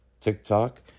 TikTok